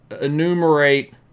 enumerate